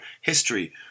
history